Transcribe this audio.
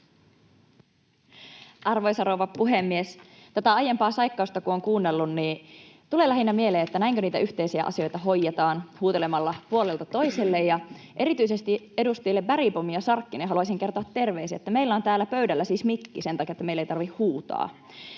Arvoisa rouva puhemies! Tätä aiempaa saikkausta, kun on kuunnellut, niin tulee lähinnä mieleen, että näinkö niitä yhteisiä asioita hoidetaan: huutelemalla puolelta toiselle. Erityisesti edustajille Bergbom ja Sarkkinen haluaisin kertoa terveisiä, että meillä on täällä pöydällä siis mikki sen takia, että meidän ei tarvitse huutaa.